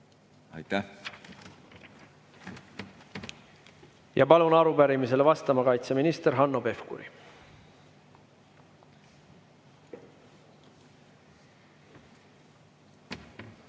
Aitäh! Ma palun arupärimisele vastama kaitseminister Hanno Pevkuri.